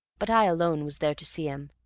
but i alone was there to see him,